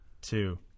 two